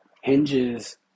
hinges